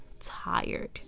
tired